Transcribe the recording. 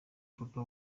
papa